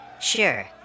Sure